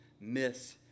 miss